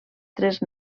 tres